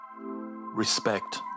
Respect